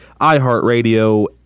iHeartRadio